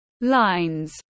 lines